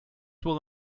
will